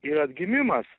yra atgimimas